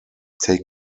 take